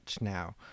now